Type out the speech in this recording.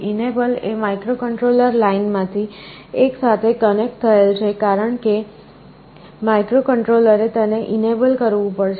enable એ microcontroller લાઇનમાંથી એક સાથે કનેક્ટ થયેલ છે કારણ કે માઇક્રોકન્ટ્રોલરે તેને enable કરવું પડશે